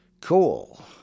cool